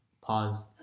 pause